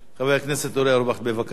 חבר הכנסת אורי אורבך, בבקשה.